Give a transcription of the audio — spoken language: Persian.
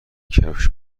کفش